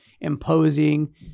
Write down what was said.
imposing